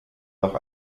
noch